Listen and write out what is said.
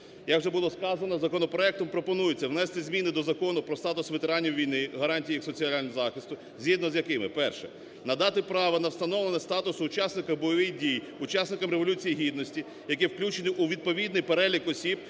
Як вже було сказано, законопроектом пропонується зміни до Закону про статус ветеранів війни, гарантії їх соціального захисту, згідно з якими, перше, надати право на встановлення статусу учасника бойових дій, учасника Революції Гідності, які включені у відповідний перелік осіб,